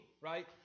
right